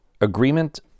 agreement